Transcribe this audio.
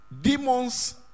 Demons